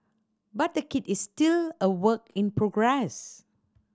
but the kit is still a work in progress